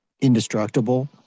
indestructible